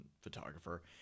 photographer